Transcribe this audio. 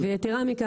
יתר על כן,